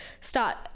start